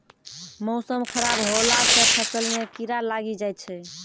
मौसम खराब हौला से फ़सल मे कीड़ा लागी जाय छै?